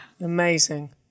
Amazing